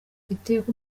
iteka